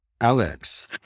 Alex